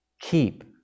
Keep